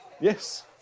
Yes